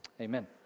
Amen